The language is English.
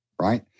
right